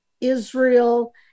israel